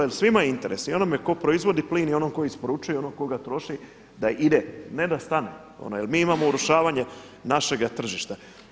Jel svima je u interesu i onom tko proizvodi plin i onom tko isporučuje i onom tko ga troši da ide, ne da stane, jel mi imamo urušavanje našega tržišta.